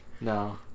No